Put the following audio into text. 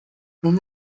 nun